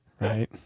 right